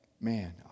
man